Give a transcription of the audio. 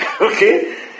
okay